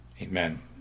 Amen